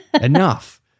Enough